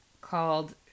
called